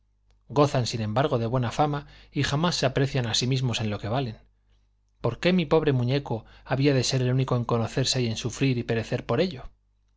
gozan sin embargo de buena fama y jamás se aprecian a sí mismos en lo que valen por qué mi pobre muñeco había de ser el único en conocerse y en sufrir y perecer por ello